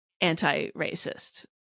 anti-racist